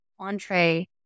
entree